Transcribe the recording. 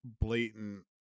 blatant